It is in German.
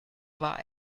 war